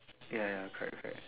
ya ya correct correct